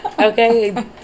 Okay